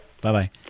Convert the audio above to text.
Bye-bye